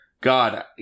God